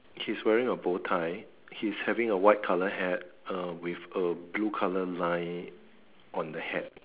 he's wearing a bow tie he's having a white colour hat uh with a blue color line on the hat